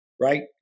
right